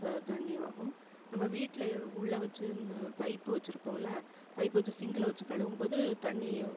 தண்ணி ஆகும் நம்ம வீட்டில உள்ள வச்சு இந்து பைப்பு வச்சிருப்போம்ல பைப்பு வச்சு சிங்க்ல வச்சு கழுவும்போது தண்ணியும்